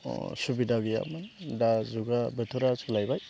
सुबिदा गैयामोन दा जुगआ बोथोरा सोलायबाय